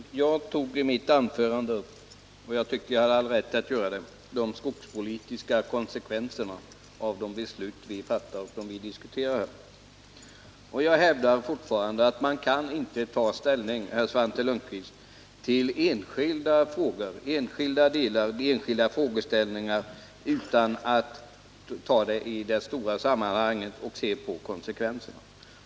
Herr talman! Jag tog i mitt anförande upp — och jag tyckte att jag hade all rätt att göra det — de skogspolitiska konsekvenserna av de beslut som vi fattar och som vi diskuterar här. Jag hävdar fortfarande, att man inte kan ta ställning, Svante Lundkvist, till enskilda frågeställningar utan att utgå från det stora sammanhanget och se på konsekvenserna.